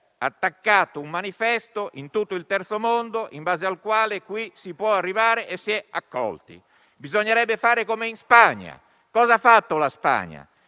attaccato un manifesto, in tutto il Terzo mondo, in base al quale qui si può arrivare e si è accolti. Bisognerebbe fare come in Spagna. Cos'ha fatto la Spagna?